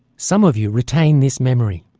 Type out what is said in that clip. some of you retained this memory.